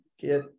Get